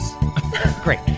Great